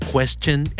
Question